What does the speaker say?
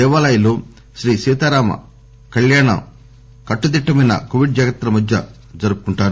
దేవాలయాల్లో శ్రీ సీతారాముల కళ్యాణం కట్టుదిట్టమైన కోవిడ్ జాగ్రత్తల మధ్య జరుపుకుంటారు